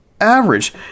average